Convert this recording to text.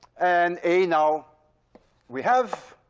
and a now we have.